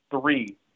three